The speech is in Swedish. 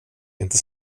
inte